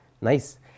nice